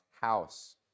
house